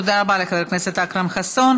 תודה רבה לחבר הכנסת אכרם חסון.